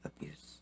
abuse